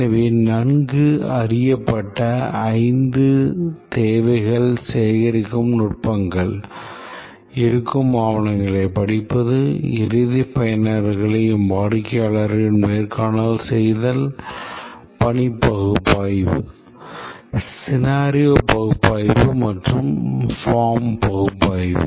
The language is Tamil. எனவே நன்கு அறியப்பட்ட ஐந்து தேவைகள் சேகரிக்கும் நுட்பங்கள் இருக்கும் ஆவணங்களை படிப்பது இறுதி பயனர்களையும் வாடிக்கையாளரையும் நேர்காணல் செய்தல் பணி பகுப்பாய்வு scenario பகுப்பாய்வு மற்றும் போர்ம் பகுப்பாய்வு